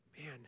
man